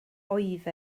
oedd